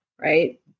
right